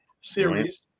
series